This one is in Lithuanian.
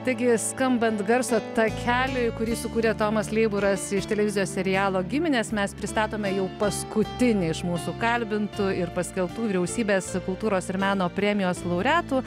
taigi skambant garso takeliui kurį sukūrė tomas leiburas iš televizijos serialo giminės mes pristatome jau paskutinį iš mūsų kalbintų ir paskelbtų vyriausybės kultūros ir meno premijos laureatų